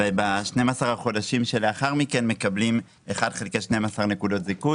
וב-12 חודשים שלאחר מכן מקבלים 1/12 נקודות זיכוי,